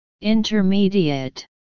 Intermediate